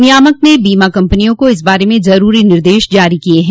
नियामक ने बीमा कम्पनिया को इस बारे में जरूरी निर्देश जारी किये हैं